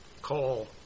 call